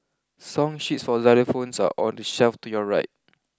song sheets for xylophones are on the shelf to your right